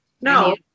no